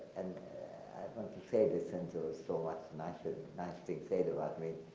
and i want to say this, since it was so much nicer, nice things said about me,